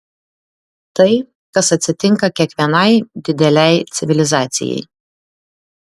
tai kas atsitinka kiekvienai didelei civilizacijai